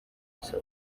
gusa